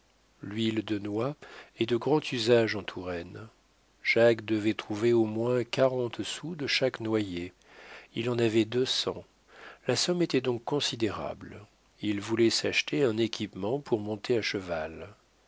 l'huile de noix est de grand usage en touraine jacques devait trouver au moins quarante sous de chaque noyer il en avait deux cents la somme était donc considérable il voulait s'acheter un équipement pour monter à cheval